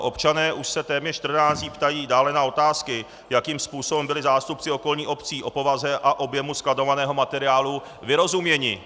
Občané už se téměř čtrnáct dní ptají dále na otázky, jakým způsobem byli zástupci okolních obcí o povaze a objemu skladovaného materiálu vyrozuměni.